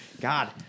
God